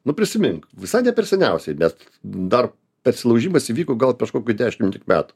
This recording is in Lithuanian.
nu prisimink visai ne per seniausiai net dar persilaužimas įvyko gal prieš kokį dešimt tik metų